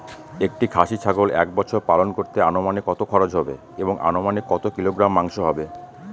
একটি খাসি ছাগল এক বছর পালন করতে অনুমানিক কত খরচ হবে এবং অনুমানিক কত কিলোগ্রাম মাংস হবে?